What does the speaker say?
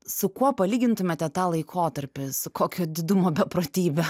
su kuo palygintumėte tą laikotarpį kokio didumo beprotybe